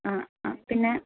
ആ ആ പിന്നെ